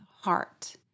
heart